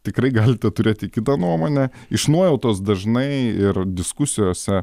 tikrai galite turėti kitą nuomonę iš nuojautos dažnai ir diskusijose